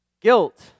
Guilt